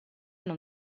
non